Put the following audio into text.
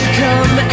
come